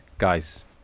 Guys